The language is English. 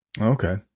Okay